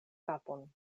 kapon